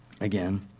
Again